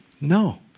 no